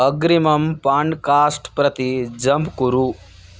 अग्रिमं पाण्ड्कास्ट् प्रति जम्प् कुरु